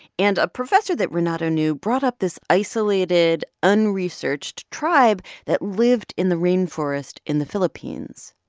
and a professor that renato knew brought up this isolated, unresearched tribe that lived in the rain forest in the philippines.